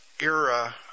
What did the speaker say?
era